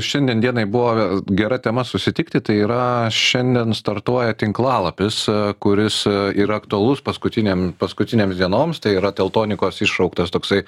šiandien dienai buvo gera tema susitikti tai yra šiandien startuoja tinklalapis kuris yra aktualus paskutiniam paskutinėms dienoms tai yra teltonikos iššauktas toksai